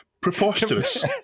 Preposterous